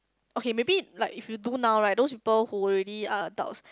okay maybe like if you do now right those people who already are adults